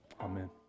Amen